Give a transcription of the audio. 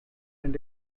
and